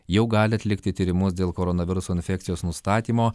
jau gali atlikti tyrimus dėl koronaviruso infekcijos nustatymo